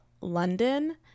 London